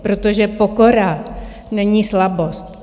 Protože pokora není slabost.